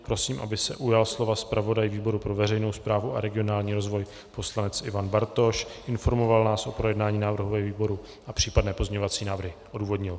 Prosím, aby se ujal slova zpravodaj výboru pro veřejnou správu a regionální rozvoj poslanec Ivan Bartoš, informoval nás o projednání návrhu ve výboru a případné pozměňovací návrhy odůvodnil.